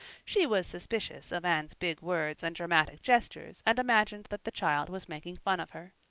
she was suspicious of anne's big words and dramatic gestures and imagined that the child was making fun of her.